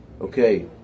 okay